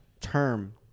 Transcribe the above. term